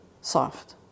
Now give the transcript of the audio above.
soft